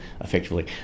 effectively